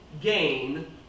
gain